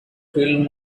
field